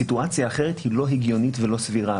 סיטואציה אחרת היא לא הגיונית ולא סבירה.